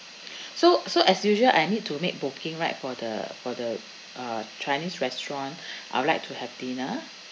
so so as usual I need to make booking right for the for the uh chinese restaurant I'd like to have dinner